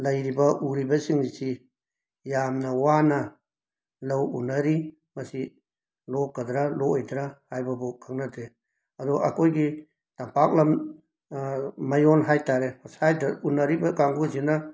ꯂꯩꯔꯤꯕ ꯎꯔꯤꯕꯁꯤꯡꯁꯤ ꯌꯥꯝꯅ ꯋꯥꯅ ꯂꯧ ꯎꯅꯔꯤ ꯃꯁꯤ ꯂꯣꯛꯀꯗꯔ ꯂꯣꯛꯑꯣꯏꯗꯔ ꯍꯥꯏꯕꯐꯥꯎ ꯈꯪꯅꯗꯦ ꯑꯗꯣ ꯑꯩꯈꯣꯏꯒꯤ ꯇꯝꯄꯥꯛ ꯂꯝ ꯃꯌꯣꯟ ꯍꯥꯏꯇꯥꯔꯦ ꯁ꯭ꯋꯥꯏꯗ ꯎꯅꯔꯤꯕ ꯀꯥꯡꯕꯨꯁꯤꯅ